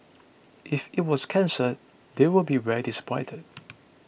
if it was cancelled they would be very disappointed